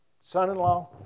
son-in-law